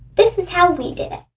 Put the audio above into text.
this is how we did it.